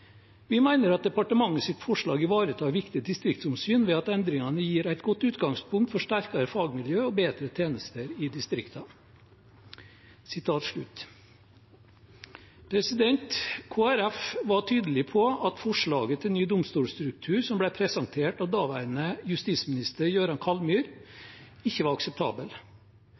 Vi meiner at departementet sitt forslag ivaretar viktige distriktsomsyn, ved at endringane gir eit godt utgangspunkt for sterkare fagmiljø og betre tenester i distrikta.» Kristelig Folkeparti var tydelig på at forslaget til ny domstolstruktur som ble presentert av daværende justisminister Jøran Kallmyr, ikke var